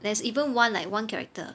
there's even one like one character